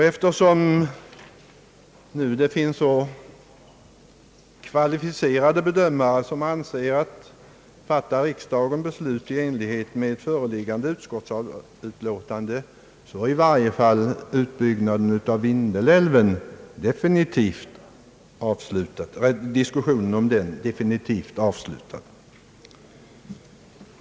Men det finns alltså kvalificerade bedömare som anser att om riksdagen fattar beslut i enlighet med utskottets hemställan så är diskussionen om Vindelälvens utbyggnad definitivt avslutad.